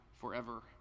forever